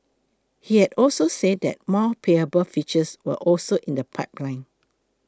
he had also said that more payable features were also in the pipeline